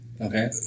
Okay